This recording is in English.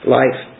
life